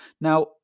Now